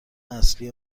اصلی